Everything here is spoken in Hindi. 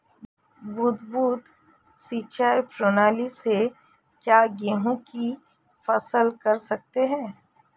बूंद बूंद सिंचाई प्रणाली से क्या गेहूँ की फसल कर सकते हैं?